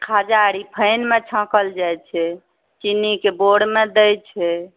खाजा रिफाइनमे छाँकल जाइ छै चिन्नीके बोरमे दै छै